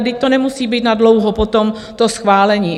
Vždyť to nemusí být nadlouho potom, to schválení.